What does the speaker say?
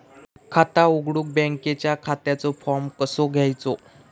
खाता उघडुक बँकेच्या खात्याचो फार्म कसो घ्यायचो?